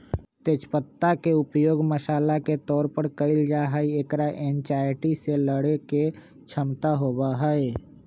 तेज पत्ता के उपयोग मसाला के तौर पर कइल जाहई, एकरा एंजायटी से लडड़े के क्षमता होबा हई